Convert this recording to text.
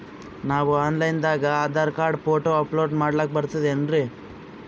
ನಾವು online ದಾಗ Aadhaar card, photo upload ಮಾಡ್ಲಕ ಬರ್ತದೇನ್ರಿ?